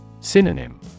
Synonym